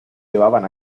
llevaban